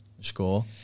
Score